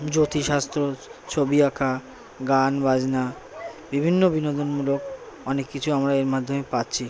জোতিষশাস্ত্র ছবি আঁকা গান বাজনা বিভিন্ন বিনোদনমূলক অনেক কিছু আমরা এর মাধ্যমে পাচ্ছি